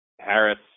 Harris